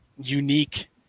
unique